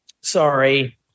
sorry